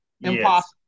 Impossible